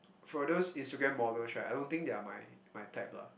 for those Instagram models right I don't think they are my my type lah